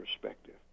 perspective